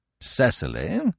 Cecily